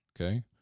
okay